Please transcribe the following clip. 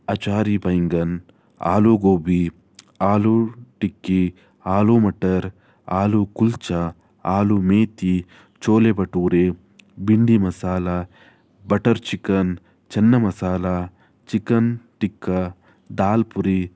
ಅಚಾರಿ ಬೈಂಗನ್ ಆಲೂ ಗೋಬಿ ಆಲೂ ಟಿಕ್ಕಿ ಆಲೂ ಮಟರ್ ಆಲೂ ಕುಲ್ಚ ಆಲೂ ಮೇತಿ ಚೋಲೆ ಬಟೂರೆ bhindi masala butter chicken chana masala chicken tikka dal Puri